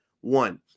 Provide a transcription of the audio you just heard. One